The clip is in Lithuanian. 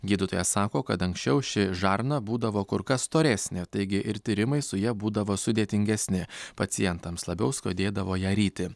gydytojas sako kad anksčiau ši žarna būdavo kur kas storesnė taigi ir tyrimai su ja būdavo sudėtingesni pacientams labiau skaudėdavo ją ryti